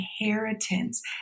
inheritance